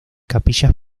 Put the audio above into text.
capillas